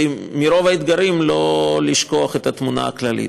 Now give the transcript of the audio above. ומרוב אתגרים לא לשכוח את התמונה הכללית.